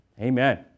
Amen